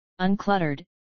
uncluttered